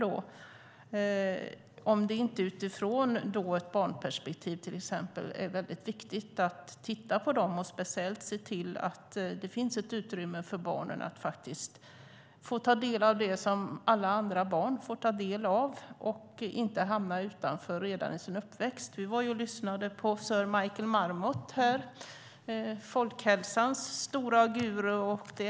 Är det inte mycket viktigt att titta på dem utifrån ett barnperspektiv och se till att de finns ett utrymme för barnen att få ta del av det som alla andra barn får ta del av så att de inte hamnar utanför redan under sin uppväxt. Vi var och lyssnade på sir Michael Marmot, folkhälsans stora guru.